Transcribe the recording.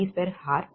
3637 Rshr